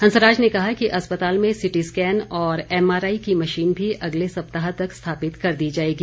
हंसराज ने कहा कि अस्पताल में सीटी स्कैन और एमआरआई की मशीन भी अगले सप्ताह तक स्थापित कर दी जाएगी